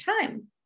time